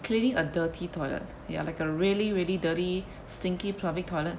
cleaning a dirty toilet ya like a really really dirty stinky public toilet